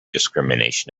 discrimination